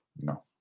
no